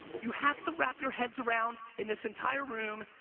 you have to wrap your heads around, in this entire room,